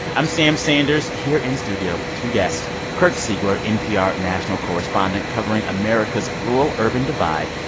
i'm sam sanders here in studio with two guests kirk siegler, npr national correspondent covering america's rural-urban divide,